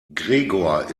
gregor